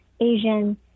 Asian